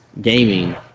gaming